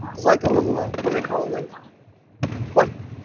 like a little low what are they calling what?